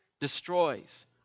destroys